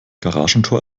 garagentor